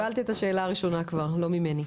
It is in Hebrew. קיבלת את השאלה הראשונה כבר ולא ממני.